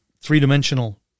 three-dimensional